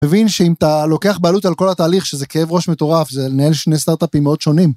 מבין שאם אתה לוקח בעלות על כל התהליך שזה כאב ראש מטורף, זה לנהל שני סטארטאפים מאוד שונים.